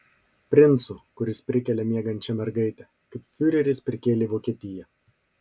princu kuris prikelia miegančią mergaitę kaip fiureris prikėlė vokietiją